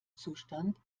zustand